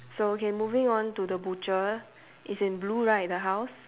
so okay moving on to the butcher it's in blue right the house